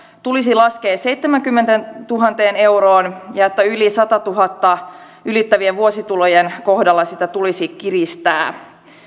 tulisi laskea seitsemäänkymmeneentuhanteen euroon ja että satatuhatta euroa ylittävien vuositulojen kohdalla sitä tulisi kiristää